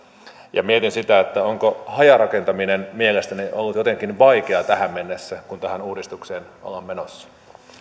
mietin sitä onko hajarakentaminen mielestänne ollut jotenkin vaikeaa tähän mennessä kun tähän uudistukseen ollaan menossa